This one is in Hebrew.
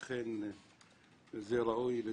זה אכן ראוי לציון.